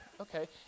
okay